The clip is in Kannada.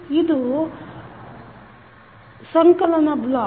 ಇದು ಸಂಕಲನ ಬ್ಲಾಕ್